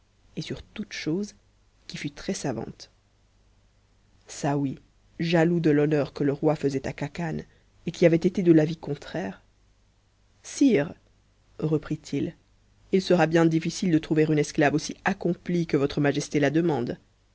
et sur toutes choses qui fût très savante saouy jaloux de l'honneur que le roi taisait à khacan et qui avait été f contraire sire reprit-il il sera bien difficile de trouver une esclave esi accomplie que votre majesté la demande